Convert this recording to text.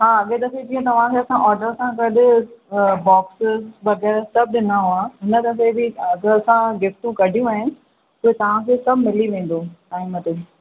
हा ॿिएं दफ़े जीअं तव्हांखे असां ऑडर सां गॾु बोक्स वग़ैरह सभु ॾिना हुआ हिन दफ़े बि असां गिफ्टूं कढियूं आहिनि त तव्हांखे त मिली वेंदो टाइम ते